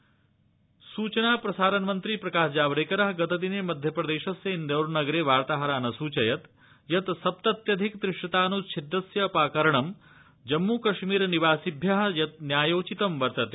जावडेकर भोपालम् सूचनाप्रसारणमन्त्री प्रकाशजावडेकर गतदिने मध्यप्रदेशस्य इन्दौरनगरे वार्ताहरान् असूचयत् यत् सप्तत्यधिक त्रिशतानुच्छेदस्य अपाकरणं जम्मूकश्मीरनिवासिभ्य न्यायोचितम् वर्तते